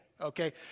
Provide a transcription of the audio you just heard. Okay